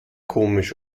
komisch